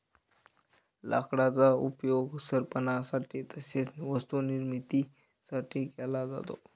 लाकडाचा उपयोग सरपणासाठी तसेच वस्तू निर्मिती साठी केला जातो